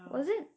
was it